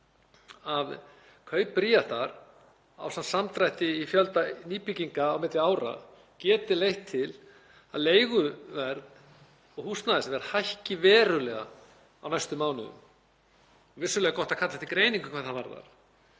að kaup Bríetar ásamt samdrætti í fjölda nýbygginga á milli ára geti leitt til þess að leiguverð og húsnæðisverð hækki verulega á næstu mánuðum. Vissulega er gott að kalla eftir greiningu hvað það varðar.